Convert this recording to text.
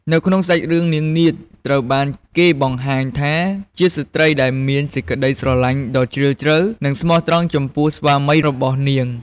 នៅក្នុងសាច់រឿង នាងនាថ ត្រូវបានគេបង្ហាញថាជាស្ត្រីដែលមានសេចក្តីស្រឡាញ់ដ៏ជ្រាលជ្រៅ និងស្មោះត្រង់ចំពោះស្វាមីរបស់នាង ។